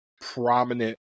prominent